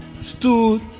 stood